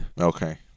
Okay